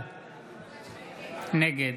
נגד